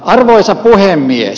arvoisa puhemies